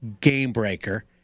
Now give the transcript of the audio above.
game-breaker